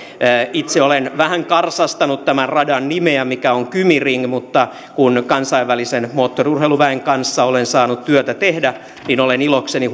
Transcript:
itse olen vähän karsastanut tämän radan nimeä mikä on kymi ring mutta kun kansainvälisen moottoriurheiluväen kanssa olen saanut työtä tehdä niin olen ilokseni